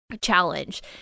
Challenge